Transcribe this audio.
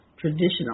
Traditional